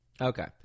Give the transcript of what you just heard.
Okay